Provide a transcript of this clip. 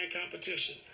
competition